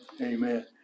amen